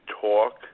talk